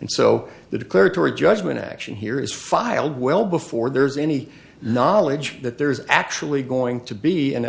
and so the declaratory judgment action here is filed well before there's any knowledge that there is actually going to be an